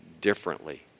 differently